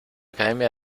academia